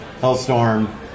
Hellstorm